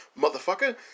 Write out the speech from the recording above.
motherfucker